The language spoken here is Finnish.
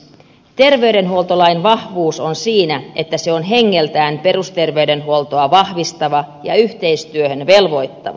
terveydenhuoltolain vahvuus on siinä että se on hengeltään perusterveydenhuoltoa vahvistava ja yhteistyöhön velvoittava